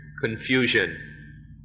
confusion